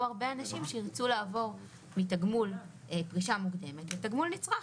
הרבה אנשים שירצו לעבור מתגמול פרישה מוקדמת לתגמול נצרך,